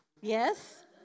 Yes